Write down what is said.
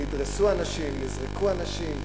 נדרסו אנשים, נזרקו אנשים,